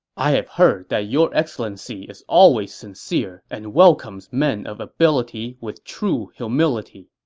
i have heard that your excellency is always sincere and welcomes men of ability with true humility.